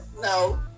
No